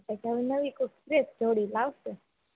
હા એટલે હવે નવી કોક ફ્રેશ જોળિ લાવશે